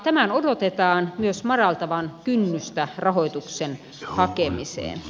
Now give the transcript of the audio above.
tämän odotetaan myös madaltavan kynnystä rahoituksen hakemiseen